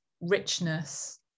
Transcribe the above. richness